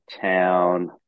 town